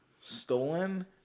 stolen